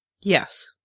Yes